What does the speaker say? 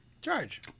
Charge